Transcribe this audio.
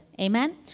Amen